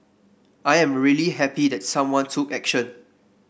I am really happy that someone took action